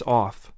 off